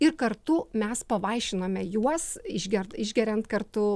ir kartu mes pavaišinome juos išger išgeriant kartu